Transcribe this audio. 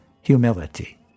humility